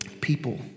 people